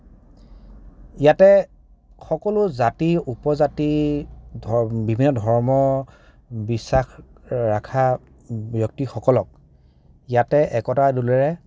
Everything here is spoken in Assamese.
ইয়াতে সকলো জাতি উপজাতি বিভিন্ন ধৰ্ম বিশ্বাস ৰখা ব্যক্তি সকলক ইয়াতে একতাৰ দোলেৰে